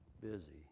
busy